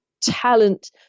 talent –